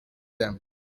them